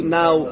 now